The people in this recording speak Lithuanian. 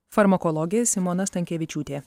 farmakologė simona stankevičiūtė